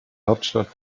hauptstadt